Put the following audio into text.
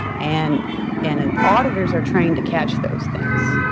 and and and auditors are trying to catch those things.